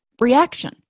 reaction